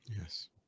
Yes